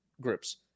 groups